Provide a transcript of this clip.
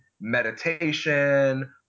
meditation